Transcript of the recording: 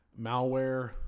malware